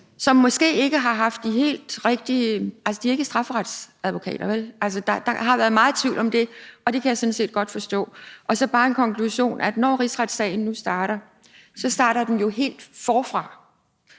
og konkursadvokaten, som ikke er strafferetsadvokater. Der har været meget tvivl om det, det kan jeg sådan set godt forstå. Og så bare en konklusion: Når rigsretssagen nu starter, så starter den jo helt forfra,